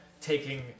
taking